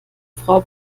frau